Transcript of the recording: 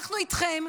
אנחנו איתכם,